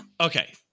Okay